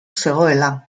zegoela